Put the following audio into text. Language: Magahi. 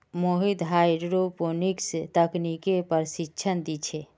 मोहित हाईड्रोपोनिक्स तकनीकेर प्रशिक्षण दी छे